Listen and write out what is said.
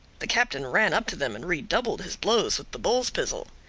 the captain ran up to them and redoubled his blows with the bull's pizzle.